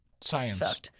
Science